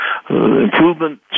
improvement